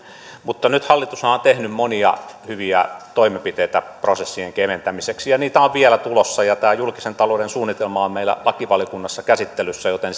mutta nythän hallitus on tehnyt monia hyviä toimenpiteitä prosessien keventämiseksi ja niitä on vielä tulossa julkisen talouden suunnitelma on meillä lakivaliokunnassa käsittelyssä joten